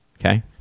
Okay